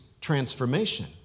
transformation